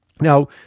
now